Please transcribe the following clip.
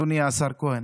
אדוני השר כהן,